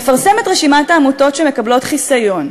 לפרסם את רשימת העמותות שמקבלות חיסיון.